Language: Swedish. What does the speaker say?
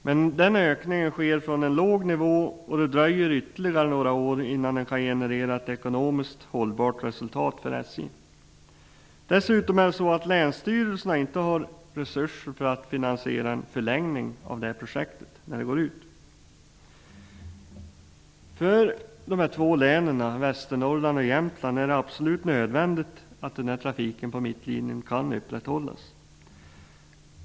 Men den ökningen sker från en låg nivå, och det dröjer ytterligare några år innan den kan generera ett ekonomiskt hållbart resultat för SJ. Länsstyrelserna har inte heller resurser för att finansiera en förlängning av projektet. För de två länen Västernorrland och Jämtland är det absolut nödvändigt att trafiken på Mittlinjen kan upprätthållas.